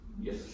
Yes